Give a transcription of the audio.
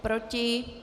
Proti?